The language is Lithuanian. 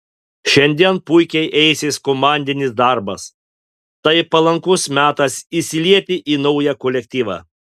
šiandien puikiai eisis komandinis darbas tai palankus metas įsilieti į naują kolektyvą